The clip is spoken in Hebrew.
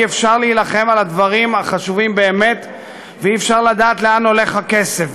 אי-אפשר להילחם על הדברים החשובים באמת ואי-אפשר לדעת לאן הולך הכסף.